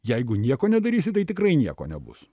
jeigu nieko nedarysi tai tikrai nieko nebus